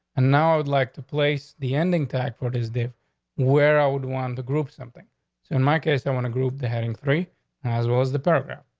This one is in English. and now i would like to place the ending tax. what is there where i would want the group something. so in my case, i want a group the heading three as well as the program,